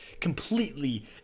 completely